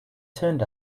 turned